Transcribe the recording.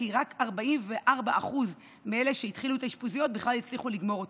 כי רק 44% מאלה שהתחילו את האשפוזיות בכלל הצליחו לגמור אותו.